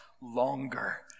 longer